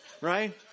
Right